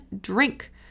drink